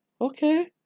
okay